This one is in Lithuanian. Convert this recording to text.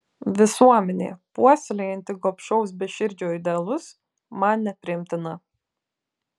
visuomenė puoselėjanti gobšaus beširdiškumo idealus man nepriimtina